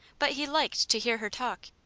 but he liked to hear her talk.